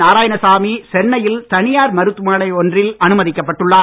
நாராயணசாமி சென்னையில் தனியார் மருத்துவமனை ஒன்றில் அனுமதிக்கப் பட்டுள்ளார்